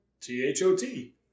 T-H-O-T